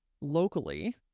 locally